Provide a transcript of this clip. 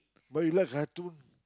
but you like cartoon